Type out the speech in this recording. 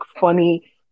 funny